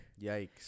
Yikes